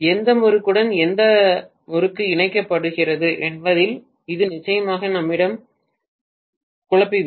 எந்த முறுக்குடன் எந்த முறுக்குடன் இணைக்கப்படுகிறது என்பதில் இது நிச்சயமாக நம்மிடமிருந்து நரகத்தை குழப்பிவிடும்